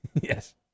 Yes